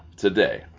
Today